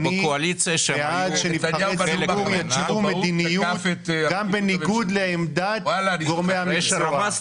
אני בעד שנבחרי ציבור יקבעו מדיניות גם בניגוד לעמדת גורמי המקצוע.